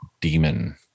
Demon